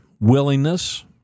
willingness